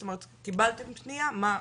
זאת אומרת, קיבלתם פנייה - מה קורה.